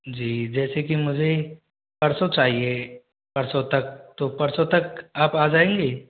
जी जैसे कि मुझे परसों चाहिए परसों तक तो परसों तक आप आ जाएंगे